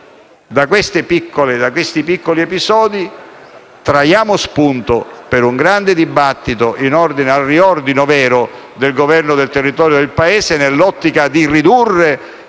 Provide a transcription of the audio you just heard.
Da questi piccoli episodi, prendiamo spunto per un grande dibattito in ordine al riordino vero del governo del territorio del Paese, nell'ottica di ridurre